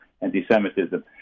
anti-Semitism